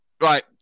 right